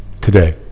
today